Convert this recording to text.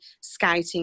scouting